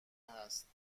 هست